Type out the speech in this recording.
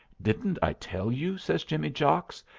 didn't i tell you, says jimmy jocks,